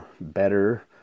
better